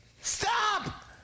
Stop